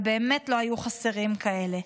ובאמת לא היו חסרים כאלה.